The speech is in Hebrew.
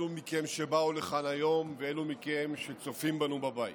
אלו מכם שבאו לכאן היום ואלו מכם שצופים בנו בבית,